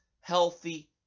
healthy